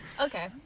Okay